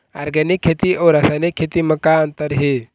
Organic खेती अउ रासायनिक खेती म का अंतर हे?